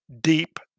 deep